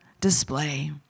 display